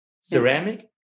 ceramic